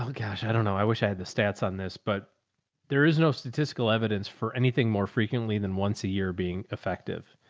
ah oh gosh, i don't know. i wish i had the stats on this, but there is no statistical evidence for anything more frequently than once a year being effective.